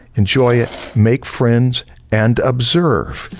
enjoy it, make friends and observe.